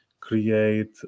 create